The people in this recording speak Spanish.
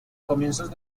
comienzos